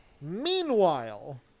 Meanwhile